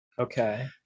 okay